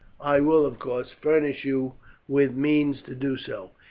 i will, of course, furnish you with means to do so.